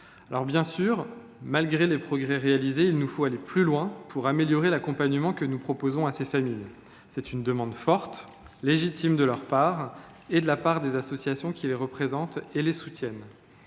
Nonobstant les progrès accomplis, il nous faut aller plus loin pour améliorer l’accompagnement que nous proposons à ces familles. C’est une demande forte et légitime de leur part et de celle des associations qui les représentent et les soutiennent.